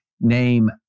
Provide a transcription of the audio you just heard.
name